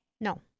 No